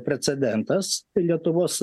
precedentas lietuvos